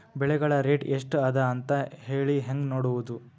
ಬೆಳೆಗಳ ರೇಟ್ ಎಷ್ಟ ಅದ ಅಂತ ಹೇಳಿ ಹೆಂಗ್ ನೋಡುವುದು?